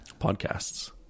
Podcasts